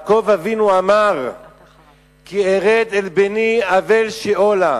בני אבל שאלה